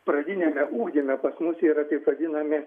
pradiniame ugdyme pas mus yra taip vadinami